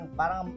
parang